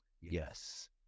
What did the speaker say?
Yes